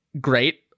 great